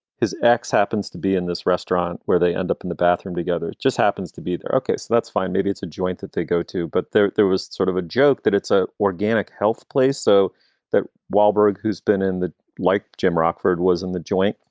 his ex happens to be in this restaurant where they end up in the bathroom together, just happens to be there. ok that's fine. maybe it's a joint that they go to. but there there was sort of a joke that it's a organic health place. so that wahlberg, who's been in the like jim rockford was in the joint,